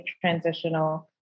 transitional